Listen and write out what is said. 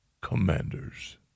commanders